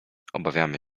obawiamy